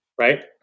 right